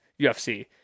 UFC